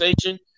station